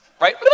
right